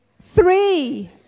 Three